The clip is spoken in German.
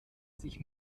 sich